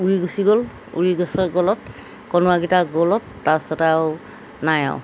উৰি গুচি গ'ল উৰি গুচি গ'লত কনুৱাকেইটা গ'লত তাৰপিছত আৰু নাই আৰু